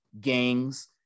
gangs